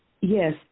Yes